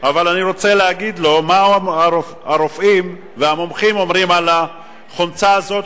אבל אני רוצה להגיד לו מה הרופאים והמומחים אומרים על החומצה הזאת,